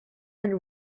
and